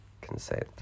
Consent